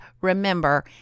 remember